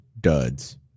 duds